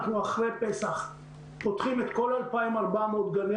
אנחנו אחרי פסח פותחים את כל 2,400 גני